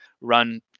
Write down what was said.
run